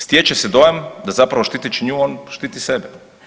Stječe se dojam da zapravo štiteći nju, on štiti sebe.